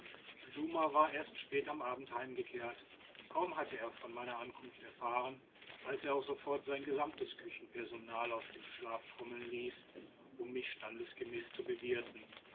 war erst spät am abend heimgekehrt kaum hatte er von meiner ankunft erfahren als er auch sofort sein gesamtes küchenpersonal aus dem schlaf trommeln ließ um mich standesgemäß zu bewirten